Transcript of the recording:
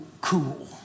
cool